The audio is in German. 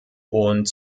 und